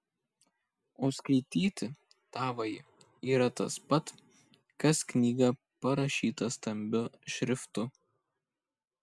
o skaityti tavąjį yra tas pat kas knygą parašytą stambiu šriftu